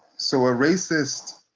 so a racist,